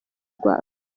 rwanda